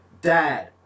Dad